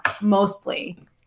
Mostly